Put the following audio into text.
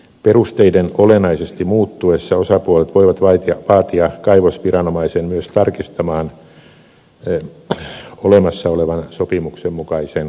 perusteiden olennaisesti muuttuessa osapuolet voivat vaatia kaivosviranomaisen myös tarkistamaan olemassa olevan sopimuksen mukaisen korvauksen